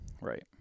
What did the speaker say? right